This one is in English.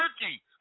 Turkey